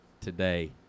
today